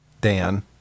Dan